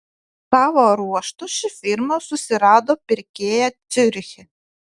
savo ruožtu ši firma susirado pirkėją ciuriche